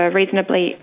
reasonably